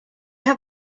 have